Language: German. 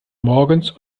morgens